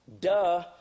Duh